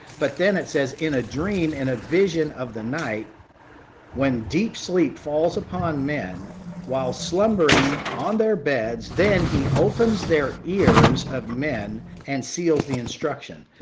but then it says, in a dream, in a vision of the night when deep sleep falls upon men while slumbering on their beds, then he opens their ears of men and seals the instruction.